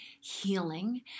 healing